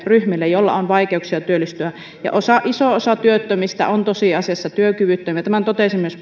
ryhmille joilla on vaikeuksia työllistyä iso osa työttömistä on tosiasiassa työkyvyttömiä tämän totesi myös